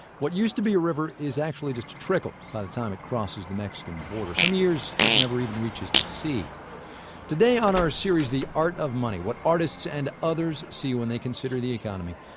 what used to be a river is actually just a trickle by the time it crosses the mexican border. some years, it never even reaches the sea today on our series, the art of money, what artists and others see when they consider the economy,